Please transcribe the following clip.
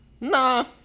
Nah